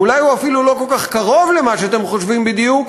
אולי הוא אפילו לא כל כך קרוב למה שאתם חושבים בדיוק,